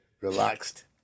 relaxed